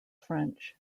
french